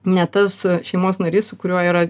ne tas šeimos narys su kuriuo yra